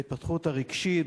בהתפתחות הרגשית,